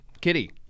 Kitty